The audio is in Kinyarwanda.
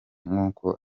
nkuko